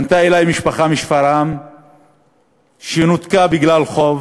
פנתה אלי משפחה משפרעם שנותקה בגלל חוב,